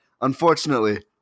unfortunately